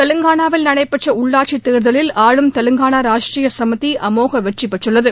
தெலுங்கானாவில் நடைபெற்ற உள்ளாட்சித் தேர்தலில் ஆளும் தெலுங்கானா ராஷ்டிரிய சமிதி அமோக வெற்றிபெற்றுள்ளது